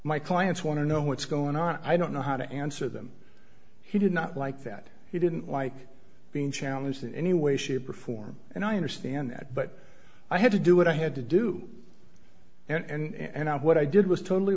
my clients want to know what's going on i don't know how to answer them he did not like that he didn't like being challenged in any way shape or form and i understand that but i had to do what i had to do and what i did was totally